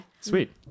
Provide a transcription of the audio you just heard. sweet